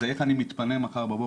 זה "איך אני מתפנה מחר בבוקר?".